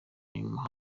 nyuma